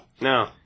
No